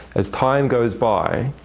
as time goes by,